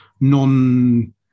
non